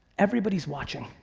everybody's watching.